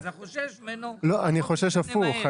שאתה חושש ממנו --- אני חושש הפוך.